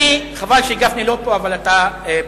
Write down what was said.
חבל שגפני לא פה, אבל אתה פה.